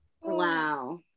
Wow